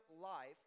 life